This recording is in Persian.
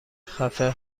خفه